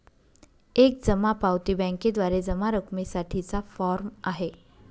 एक जमा पावती बँकेद्वारे जमा रकमेसाठी चा फॉर्म आहे